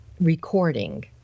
recording